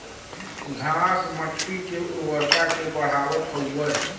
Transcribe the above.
घास मट्टी के उर्वरता के बढ़ावत हउवे